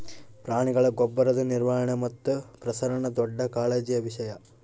ಪ್ರಾಣಿಗಳ ಗೊಬ್ಬರದ ನಿರ್ವಹಣೆ ಮತ್ತು ಪ್ರಸರಣ ದೊಡ್ಡ ಕಾಳಜಿಯ ವಿಷಯ